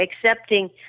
accepting